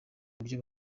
uburyo